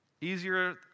easier